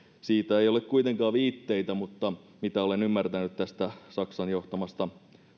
siitä ei ole kuitenkaan viitteitä mutta mitä olen ymmärtänyt tästä saksan johtamasta